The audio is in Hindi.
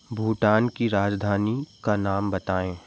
भूटान की राजधानी का नाम बताएँ